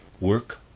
work